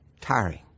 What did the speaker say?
tiring